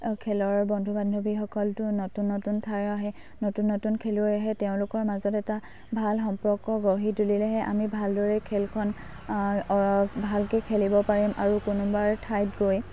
খেলৰ বন্ধু বান্ধৱীসকলতো নতুন নতুন ঠাইৰ আহে নতুন নতুন খেলুৱৈ আহে তেওঁলোকৰ মাজত এটা ভাল সম্পৰ্ক গঢ়ি তুলিলেহে আমি ভালদৰে খেলখন ভালকৈ খেলিব পাৰিম আৰু কোনোবা ঠাইত গৈ